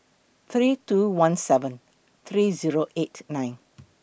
three two one seven three Zero eight nine